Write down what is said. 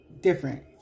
different